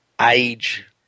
age